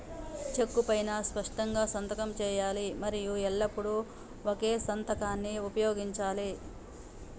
చెక్కు పైనా స్పష్టంగా సంతకం చేయాలి మరియు ఎల్లప్పుడూ ఒకే సంతకాన్ని ఉపయోగించాలే